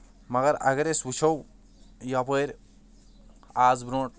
مگر اگر أسۍ وٕچھو یَپٲرۍ آز برٛوٚنٛٹھ